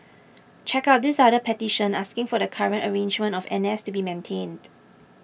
check out this other petition asking for the current arrangement of N S to be maintained